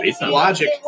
logic